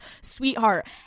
sweetheart